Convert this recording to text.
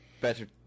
better